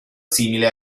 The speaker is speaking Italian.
simile